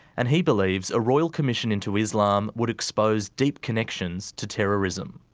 and he believes a royal commission into islam would expose deep connections to terrorism.